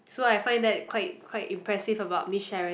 so I find that quite quite impressive about Miss Sharon